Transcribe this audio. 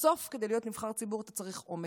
בסוף, כדי להיות נבחר ציבור אתה צריך אומץ,